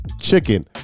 chicken